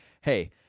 hey